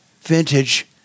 Vintage